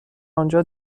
انجا